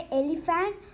elephant